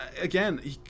again